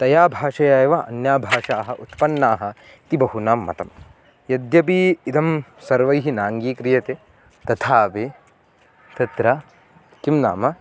तया भाषया एव अन्याः भाषाः उत्पन्नाः इति बहूनां मतं यद्यपि इदं सर्वैः नाङ्गीक्रियते तथापि तत्र किं नाम